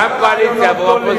יש לך רעיונות גדולים,